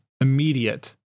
immediate